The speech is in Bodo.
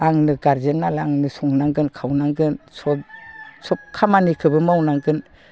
आंनो गारजेन नालाय आंनो संनांगोन खावनांगोन सब सब खामानिखौबो मावनांगोन